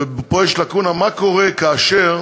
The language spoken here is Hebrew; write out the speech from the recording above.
ופה יש לקונה, מה קורה כאשר